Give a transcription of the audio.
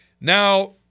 Now